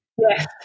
Yes